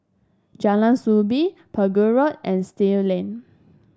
Jalan Soo Bee Pegu Road and Still Lane